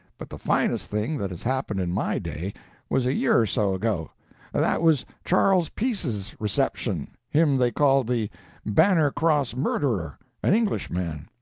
but the finest thing that has happened in my day was a year or so ago that was charles peace's reception him they called the bannercross murderer' an englishman.